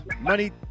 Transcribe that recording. money